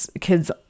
kids